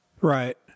Right